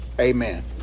Amen